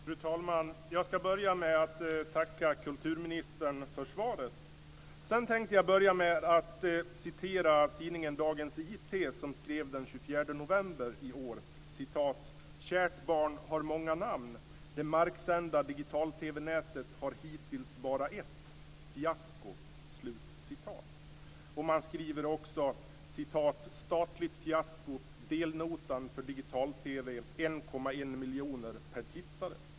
Fru talman! Jag ska börja med att tacka kulturministern för svaret. Sedan tänkte jag fortsätta med att citera tidningen "Kärt barn har många namn. Det marksända digital-tv-nätet har hittills bara ett: Fiasko." Man skriver också: "Statligt fiasko. Delnotan för digital-tv: 1,1 miljoner per tittare".